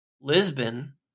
Lisbon